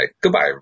Goodbye